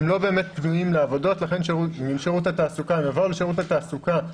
הם לא באמת פנויים לעבודות ולכן אם הם יבואו לשירות התעסוקה,